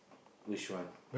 which one